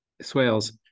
Swales